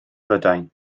brydain